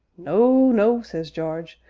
no, no says jarge,